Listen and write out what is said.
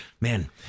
Man